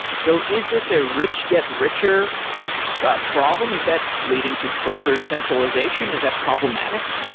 so is this a rich get richer problem? is that leading to further centralization? is that problematic?